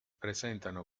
presentano